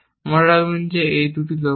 মনে রাখবেন এই দুটি লক্ষ্য